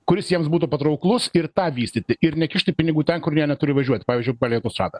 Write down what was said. kuris jiems būtų patrauklus ir tą vystyti ir nekišti pinigų ten kur jie neturi važiuoti pavyzdžiui palei autostradą